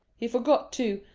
he forgot, too,